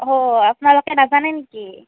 অহ' আপোনালোকে নাজানে নেকি